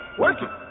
working